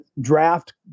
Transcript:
draft